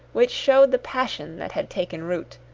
which showed the passion that had taken root,